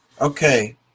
Okay